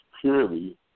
purely